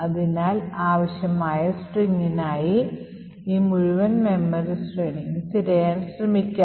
അതിനാൽ ആവശ്യമായ സ്ട്രിംഗിനായി ഈ മുഴുവൻ മെമ്മറി ശ്രേണിയിലും തിരയാൻ നമ്മൾ ശ്രമിക്കും